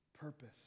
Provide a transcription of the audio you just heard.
purpose